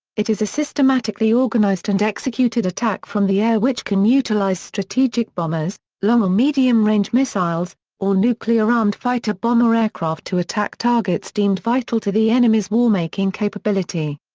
it is a systematically organized and executed attack from the air which can utilize strategic bombers, long or medium-range missiles, or nuclear-armed fighter-bomber aircraft to attack targets deemed vital to the enemy's war-making capability.